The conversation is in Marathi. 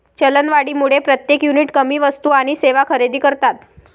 चलनवाढीमुळे प्रत्येक युनिट कमी वस्तू आणि सेवा खरेदी करतात